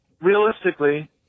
realistically